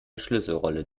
schlüsselrolle